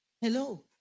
Hello